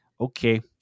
okay